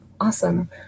Awesome